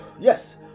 yes